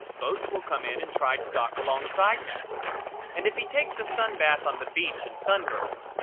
boats will come in and try to dock alongside him and if he takes a sun bath on the beach and sunburns,